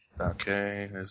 Okay